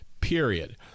period